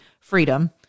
freedom